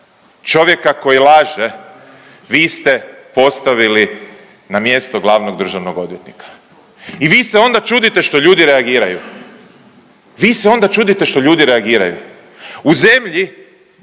čovjeka koji laže vi ste postavili na mjesto glavnog državnog odvjetnika i vi se onda čudite što ljudi reagiraju, vi se onda čudite što ljudi reagiraju. U zemlji